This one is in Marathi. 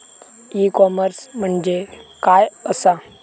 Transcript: ई कॉमर्स म्हणजे काय असा?